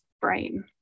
brain